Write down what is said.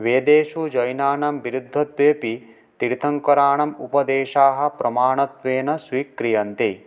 वेदेषु जैनानां विरुद्धत्वेऽपि तीर्थङ्कराणाम् उपदेशाः प्रमाणत्वेन स्वीक्रियन्ते